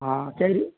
હાં